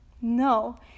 No